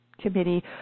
committee